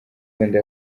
rwanda